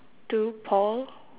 to paul